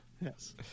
Yes